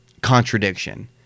contradiction